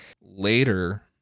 Later